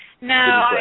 No